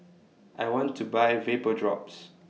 I want to Buy Vapodrops